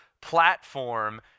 platform